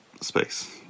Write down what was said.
space